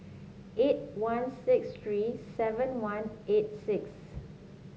eight one six three seven one eight six